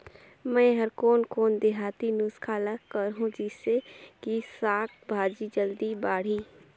मै हर कोन कोन देहाती नुस्खा ल करहूं? जिसे कि साक भाजी जल्दी बाड़ही?